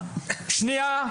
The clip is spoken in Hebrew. שנייה,